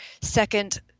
second